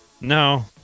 no